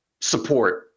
support